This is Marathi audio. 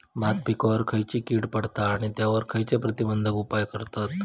भात पिकांवर खैयची कीड पडता आणि त्यावर खैयचे प्रतिबंधक उपाय करतत?